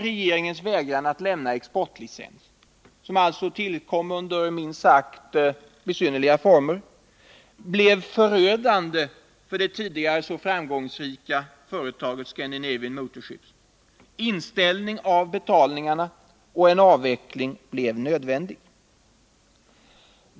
Regeringens vägran att lämna exportlicens — en vägran som alltså tillkom under minst sagt underliga former — blev förödande för det tidigare så framgångsrika företaget Scandinavian Motorships. Inställning av betalningarna och avveckling blev nödvändigt.